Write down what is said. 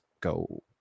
go